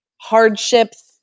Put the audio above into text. hardships